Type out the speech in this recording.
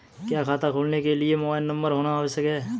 क्या खाता खोलने के लिए मोबाइल नंबर होना आवश्यक है?